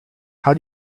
how